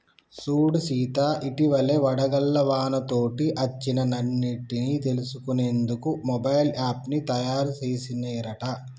సూడు సీత ఇటివలే వడగళ్ల వానతోటి అచ్చిన నట్టన్ని తెలుసుకునేందుకు మొబైల్ యాప్ను తాయారు సెసిన్ రట